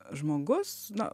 žmogus na